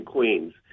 Queens